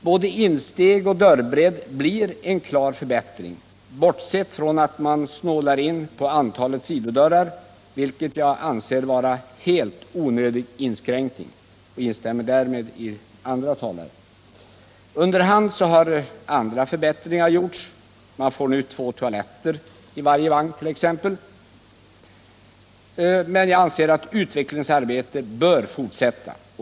Både insteg och dörrbredd blir klart förbättrade, bortsett från att man snålar in på antalet sidodörrar, vilket jag anser vara en helt onödig inskränkning — på den punkten instämmer jag med flera av talarna. Under hand har andra förbättringar gjorts. Man får nu t.ex. två toaletter i varje vagn. Utvecklingsarbetet bör dock fortsättas.